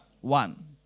one